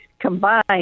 Combined